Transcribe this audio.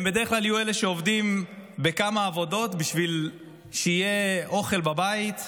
הם בדרך כלל יהיו אלה שעובדים בכמה עבודות בשביל שיהיה אוכל בבית,